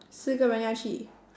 四个人要去